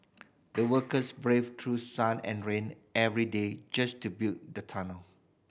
the workers braved through sun and rain every day just to build the tunnel